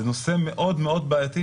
זה נושא מאוד מאוד בעייתי,